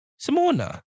Simona